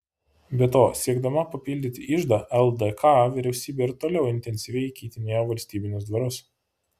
be to siekdama papildyti iždą ldk vyriausybė ir toliau intensyviai įkeitinėjo valstybinius dvarus